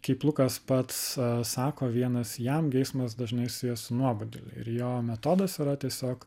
kaip lukas pats sako vienas jam geismas dažnai siejas su nuoboduliu ir jo metodas yra tiesiog